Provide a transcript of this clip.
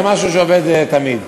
זה משהו שעובד תמיד.